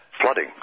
flooding